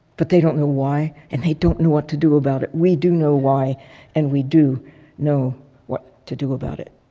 but they don't know why and they don't know what to do about it. we do know why and we do know what to do about it.